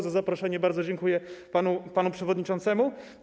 Za zaproszenie bardzo dziękuję panu przewodniczącemu.